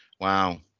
Wow